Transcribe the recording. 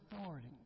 authority